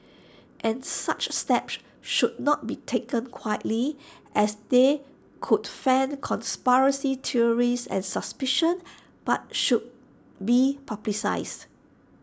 and such steps should not be taken quietly as they could fan conspiracy theories and suspicion but should be publicised